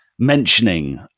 mentioning